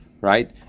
right